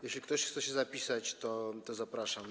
Jeśli ktoś chce się zapisać, to zapraszam.